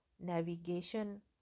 navigation